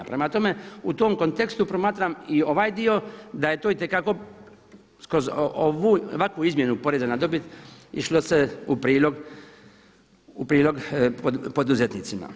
Prema tome, u tom kontekstu promatram i ovaj dio da je to itekako kroz ovakvu izmjenu poreza na dobit išlo se u prilog poduzetnicima.